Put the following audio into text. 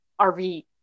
RV